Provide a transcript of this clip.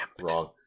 Wrong